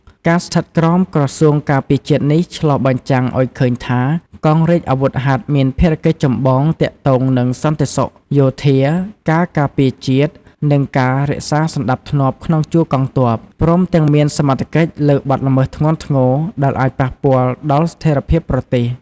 ការស្ថិតក្រោមក្រសួងការពារជាតិនេះ ឆ្លុះបញ្ចាំងឲ្យឃើញថា កងរាជអាវុធហត្ថមានភារកិច្ចចម្បងទាក់ទងនឹងសន្តិសុខយោធា ការការពារជាតិ និងការរក្សាសណ្ដាប់ធ្នាប់ក្នុងជួរកងទ័ព ព្រមទាំងមានសមត្ថកិច្ចលើបទល្មើសធ្ងន់ធ្ងរដែលអាចប៉ះពាល់ដល់ស្ថេរភាពប្រទេស។